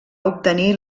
obtenir